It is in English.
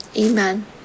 amen